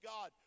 God